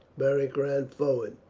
beric ran forward.